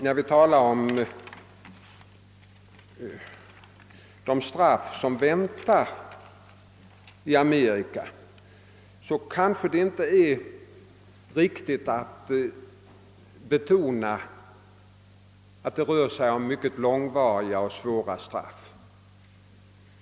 När vi talar om de straff som väntar i Amerika bör man kanske inte ge intrycket att det rör sig om långvariga och svåra straff.